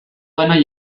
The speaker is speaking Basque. bana